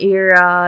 era